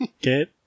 Get